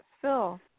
Phil